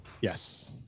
Yes